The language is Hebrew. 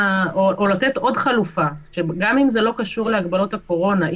לתת עוד חלופה גם אם זה לא קשור להגבלות הקורונה,